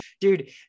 dude